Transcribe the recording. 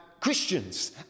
Christians